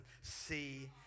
see